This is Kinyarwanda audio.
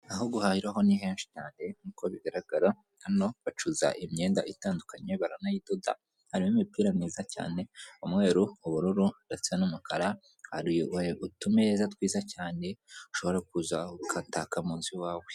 Aho guhahira ho ni henshi cyane nkuko bigaragara, hano bacuruza imyenda itandukanye baranayidoda. Harimo imipira myiza cyane, umweru, ubururu ndetse n'umukara. Hari utumeza twiza cyane, ushobora kuza ukataka mu nzu iwawe.